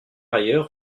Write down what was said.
ailleurs